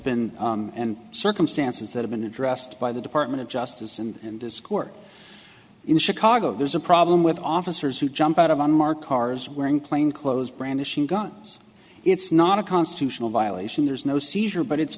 been and circumstances that have been addressed by the department of justice and this court in chicago there's a problem with officers who jump out of unmarked cars wearing plain clothes brandishing guns it's not a constitutional violation there's no seizure but it's